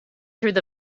through